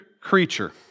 creature